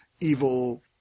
evil